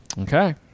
Okay